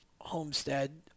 Homestead